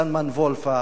זלמן וולף,